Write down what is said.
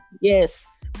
Yes